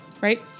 Right